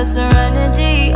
Serenity